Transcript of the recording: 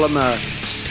Americans